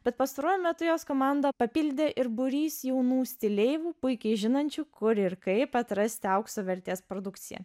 bet pastaruoju metu jos komandą papildė ir būrys jaunų stileivų puikiai žinančių kur ir kaip atrasti aukso vertės produkciją